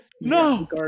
no